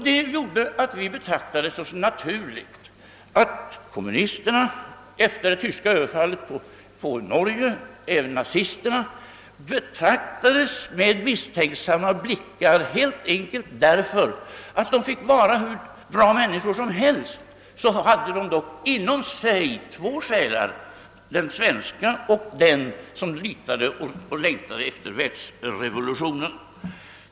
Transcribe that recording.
Det föranledde oss att anse det naturligt att kommunisterna, och efter det tyska överfallet på Norge även nazister na, betraktades med misstänksamma blickar helt enkelt därför att de de fick vara hur bra människor som helst — dock inom sig hade två själar, den svenska och den som längtade efter världsrevolutionen.